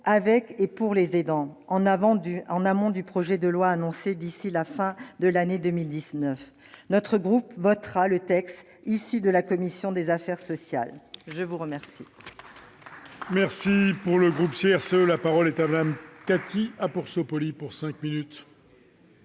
avec et pour les aidants, en amont du projet de loi annoncé d'ici à la fin de l'année 2019. Notre groupe votera le texte issu des travaux de la commission des affaires sociales. La parole